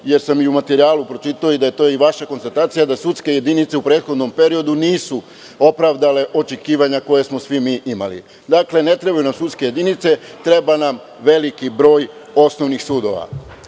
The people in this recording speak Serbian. jer sam i u materijalu pročitao da je to i vaša konstatacija da sudske jedince u prethodnom periodu nisu opravdale očekivanja koja smo svi mi imali. Dakle, ne trebaju nam sudske jedinice, treba nam veliki broj osnovnih sudova. Vi